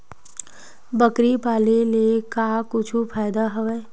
बकरी पाले ले का कुछु फ़ायदा हवय?